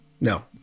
No